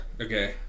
Okay